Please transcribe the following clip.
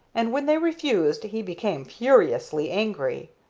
and when they refused he became furiously angry.